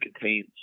contains